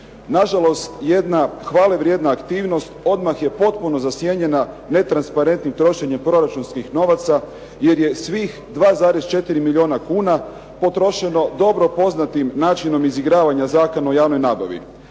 Nažalost, jedna hvale vrijedna aktivnost odmah je potpuno zasjenjena netransparentnim trošenjem proračunskih novaca, jer je svih 2,4 milijuna kuna potrošeno dobro poznatim načinom izigravanja Zakona o javnoj nabavi.